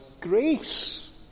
grace